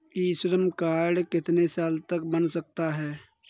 ई Shram card कितने साल तक बन सकता है?